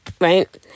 right